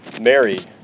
Mary